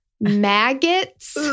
maggots